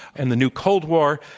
and the new cold war,